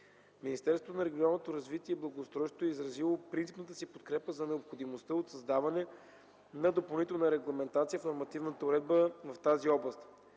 Министерството на регионалното развитие и благоустройството е изразило принципната си подкрепа за необходимостта от създаване на допълнителна регламентация в нормативната уредба в тази област.